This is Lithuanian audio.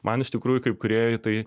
man iš tikrųjų kaip kūrėjui tai